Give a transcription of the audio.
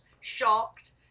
shocked